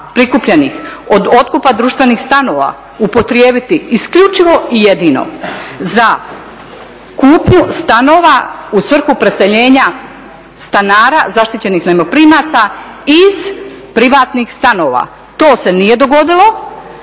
prikupljenih od otkupa društvenih stanova upotrijebiti isključivo i jedino za kupnju stanova u svrhu preseljenja stanara zaštićenih najmoprimaca iz privatnih stanova. To se nije dogodilo.